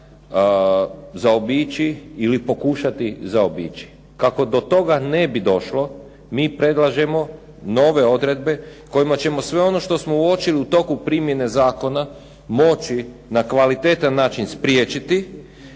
zaobići ili pokušati zaobići. Kako do toga ne bi došlo mi predlažemo nove odredbe kojima ćemo sve ono što smo uočili u toku primjene zakona moći na kvalitetan način spriječiti